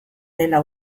dela